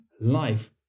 life